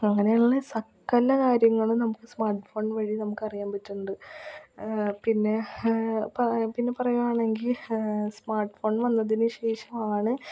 അങ്ങനെയുള്ള സകല കാര്യങ്ങളും നമുക്ക് സ്മാർട്ട് ഫോൺ വഴി നമുക്ക് അറിയാൻ പറ്റുന്നുണ്ട് പിന്നെ പിന്നെ പറയുകയാണെങ്കിൽ സ്മാർട്ട്ഫോൺ വന്നതിന് ശേഷമാണ്